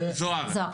זהר.